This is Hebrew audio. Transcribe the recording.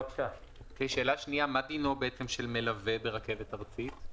שאלה שנייה, מה דינו של מלווה ברכבת ארצית?